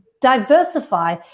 diversify